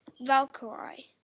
Valkyrie